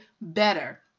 better